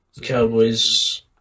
Cowboys